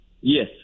Yes